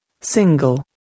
single